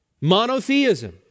monotheism